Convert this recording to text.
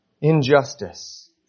injustice